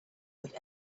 but